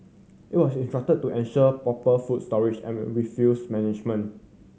it was instructed to ensure proper food storage and we will refuse management